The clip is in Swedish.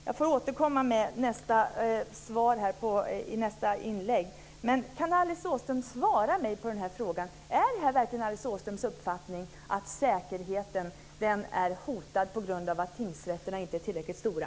Jag undrar om Alice Åström kan svara mig på frågan: Är det verkligen Alice Åströms uppfattning att säkerheten är hotad på grund av att tingsrätterna inte är tillräckligt stora?